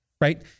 Right